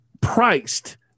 priced